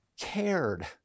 cared